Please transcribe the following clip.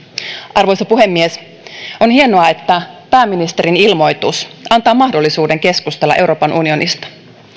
arvoisa puhemies on hienoa että pääministerin ilmoitus antaa mahdollisuuden keskustella euroopan unionista